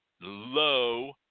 low